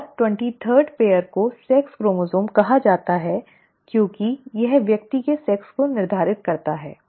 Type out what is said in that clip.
और 23 वें जोड़े को सेक्स क्रोमोसोम कहा जाता है क्योंकि यह व्यक्ति के लिंग को निर्धारित करता है